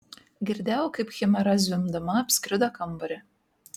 girdėjau kaip chimera zvimbdama apskrido kambarį